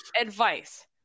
Advice